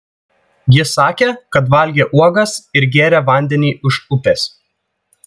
ji sakė kad valgė uogas ir gėrė vandenį iš upės